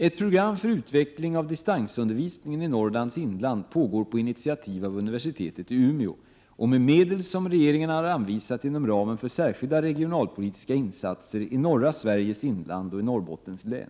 Ett program för utveckling av distansundervisningen i Norrlands inland pågår på initiativ av universitetet i Umeå och med medel som regeringen har anvisat inom ramen för särskilda regionalpolitiska insatser i norra Sveriges inland och Norrbottens län (prop. 1987/88:64, bil.